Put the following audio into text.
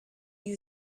you